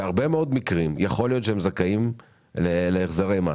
בהרבה מאוד מקרים יכול להיות שהם זכאים להחזרי מס